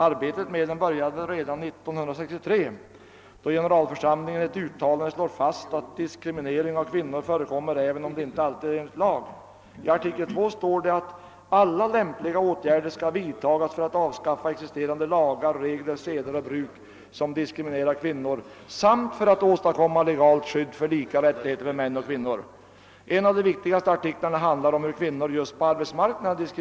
Arbetet med den började redan 1963, då generalförsamlingen i ett uttalande slog fast att diskriminering av kvinnor förekommer, även om det inte alltid sker enligt lag. I artikel 2 står det att alla lämpliga åtgärder skall vidtas för att avskaffa existerande lagar, regler, seder och bruk som diskriminerar kvinnor samt för att åstadkomma legalt skydd för lika rättigheter åt män och kvinnor. En av de viktigaste artiklarna handlar om hur kvinnorna diskrimineras på arbetsmarknaden.